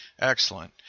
Excellent